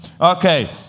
Okay